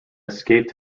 escape